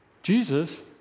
Jesus